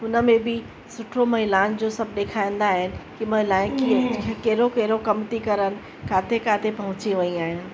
हुन में बि सुठो महिलाउनि जो सभु ॾेखारींदा आहिनि कि महिलाएं कीअं कहिड़ो कहिड़ो कम थी करनि किथे किथे पहुची वयूं आहिनि